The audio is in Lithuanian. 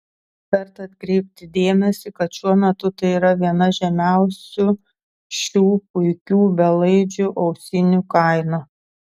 verta atkreipti dėmesį kad šiuo metu tai yra viena žemiausių šių puikių belaidžių ausinių kaina